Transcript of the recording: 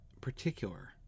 particular